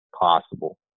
possible